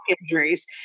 injuries